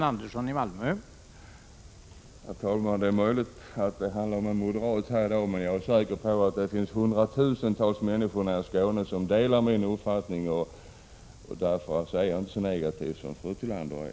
Herr talman! Det är möjligt att det handlar om en moderat här i dag, men jag är säker på att det finns hundratusentals människor i Skåne som delar min uppfattning. Därför är jag inte så negativ som fru Tillander är.